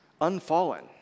unfallen